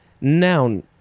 Noun